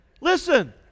Listen